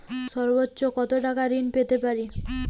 সর্বোচ্চ কত টাকা ঋণ পেতে পারি?